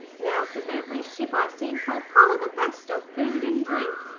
and out of every ship i sink i'll collar the best of food and drink.